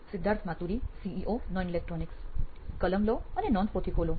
Siddharth Maturi CEO નોઇન electronics કલમ લો અને નોંધપોથી ખોલો